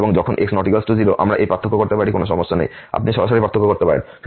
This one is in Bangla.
এবং যখন x ≠ 0 আমরা এই পার্থক্য করতে পারি কোন সমস্যা নেই আপনি সরাসরি পার্থক্য করতে পারেন